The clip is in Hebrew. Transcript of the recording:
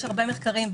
יש הרבה מחקרים,